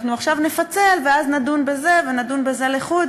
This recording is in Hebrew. אנחנו עכשיו נפצל ואז נדון בזה ונדון בזה לחוד.